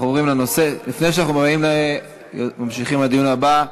לפני שאנחנו ממשיכים לדיון הבא,